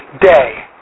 day